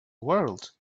world